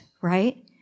right